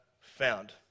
found